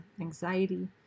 anxiety